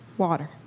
water